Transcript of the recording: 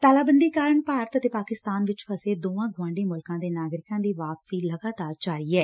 ਤਾਲਾਬੰਦੀ ਕਾਰਨ ਭਾਰਤ ਅਤੇ ਪਾਕਿਸਤਾਨ ਵਿਚ ਫਸੇ ਦੋਨਾਂ ਗਵਾਂਢੀ ਮੁਲਕਾਂ ਦੇ ਨਾਗਰਿਕਾਂ ਦੀ ਵਾਪਸੀ ਲਗਾਤਾਰ ਜਾਰੀ ਐ